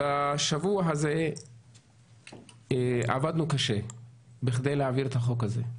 בשבוע הזה עבדנו קשה בכדי להעביר את החוק הזה,